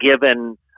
given